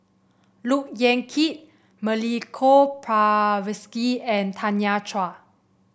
Look Yan Kit Milenko Prvacki and Tanya Chua